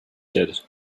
did